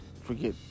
forget